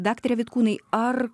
daktare vitkūnai ar